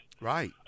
Right